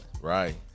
Right